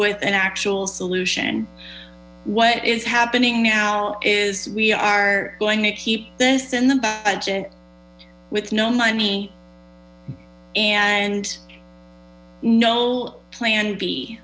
with an actual solution what is happening now is we are going to keep this in the budget with no money and no plan b